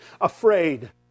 afraid